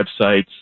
websites